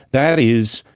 that is,